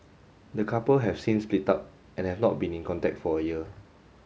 the couple have since split up and have not been in contact for a year